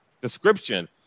description